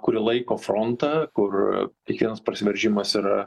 kuri laiko frontą kur kiekvienas prasiveržimas yra